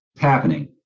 happening